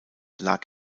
lag